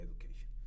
education